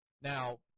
Now –